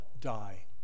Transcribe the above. die